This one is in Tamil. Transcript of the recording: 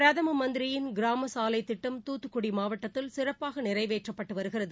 பிரதம மந்திரியின் கிராம சாலை திட்டம் தூத்துக்குடி மாவட்டத்தில் சிறப்பாக நிறைவேற்றப்பட்டு வருகிறது